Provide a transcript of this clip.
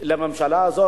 לממשלה הזאת,